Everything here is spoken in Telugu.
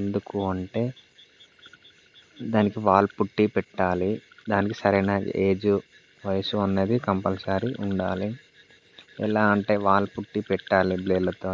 ఎందుకు అంటే దానికి వాల్ పుట్టి పెట్టాలి దానికి సరైన ఏజ్ వయసు అన్నది కంపల్సరీ ఉండాలి ఎలా అంటే వాల్ పుట్టి పెట్టాలి బ్లేడ్లతో